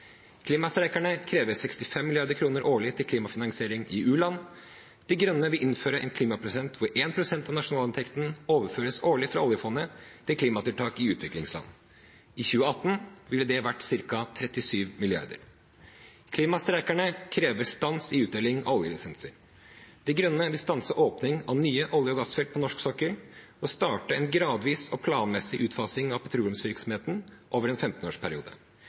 Klimastreikerne krever 65 mrd. kr årlig til klimafinansiering i u-land. De Grønne vil innføre en klimaprosent, hvor 1 pst. av nasjonalinntekten årlig overføres fra oljefondet til klimatiltak i utviklingsland. I 2018 ville det ha vært ca. 37 mrd. kr. Klimastreikerne krever stans i utdeling av oljelisenser. De Grønne vil stanse åpning av nye olje- og gassfelt på norsk sokkel og starte en gradvis og planmessig utfasing av petroleumsvirksomheten over en